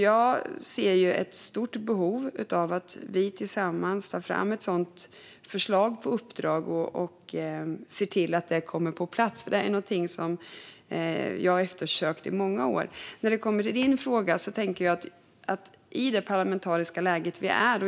Jag ser ett stort behov av att vi tillsammans tar fram ett sådant förslag på uppdrag och ser till att det kommer på plats. Det är någonting som jag har eftersökt i många år. När det kommer till ledamotens fråga tänker jag på det parlamentariska läge vi har.